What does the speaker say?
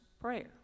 prayer